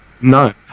No